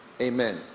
amen